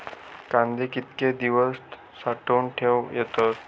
कांदे कितके दिवस साठऊन ठेवक येतत?